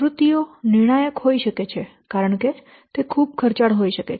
પ્રવૃત્તિઓ નિર્ણાયક હોઈ શકે છે કારણ કે તે ખૂબ ખર્ચાળ હોઈ શકે છે